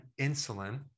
insulin